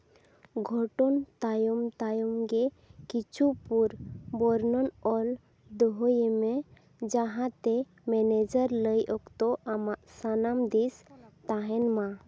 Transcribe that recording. ᱜᱷᱚᱴᱚᱱ ᱛᱟᱭᱚᱢ ᱛᱟᱭᱚᱢ ᱜᱮ ᱠᱤᱪᱷᱩ ᱯᱩᱨ ᱵᱚᱨᱱᱚᱱ ᱚᱞ ᱫᱚᱦᱚᱭᱢᱮ ᱡᱟᱦᱟᱸ ᱛᱮ ᱢᱮᱱᱮᱡᱟᱨ ᱞᱟᱹᱭ ᱚᱠᱛᱚ ᱟᱢᱟᱜ ᱥᱟᱱᱟᱢ ᱫᱤᱥ ᱛᱟᱦᱮᱱ ᱢᱟ